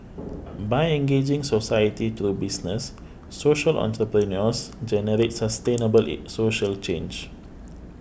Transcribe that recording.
by engaging society through business social entrepreneurs generate sustainable social change